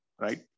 right